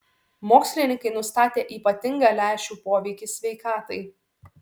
mokslininkai nustatė ypatingą lęšių poveikį sveikatai